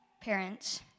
parents